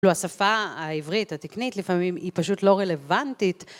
כלומר השפה העברית התקנית לפעמים היא פשוט לא רלוונטית